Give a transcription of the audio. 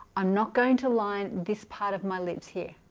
i'm not going to line this part of my lips here